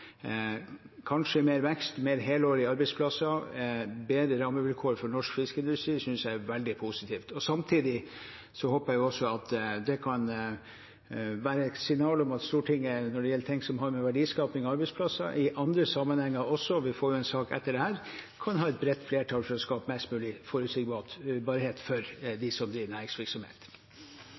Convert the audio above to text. mer vekst, flere helårige arbeidsplasser og bedre rammevilkår for norsk fiskeindustri. Samtidig håper jeg at det kan være et signal om at Stortinget, når det gjelder ting som har med verdiskaping og arbeidsplasser å gjøre, i andre sammenhenger vil få en sak etter dette, kan ha et bredt flertall for å skape mest mulig forutsigbarhet for dem som driver næringsvirksomhet.